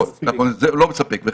נכון, זה בהחלט לא מספק.